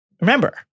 remember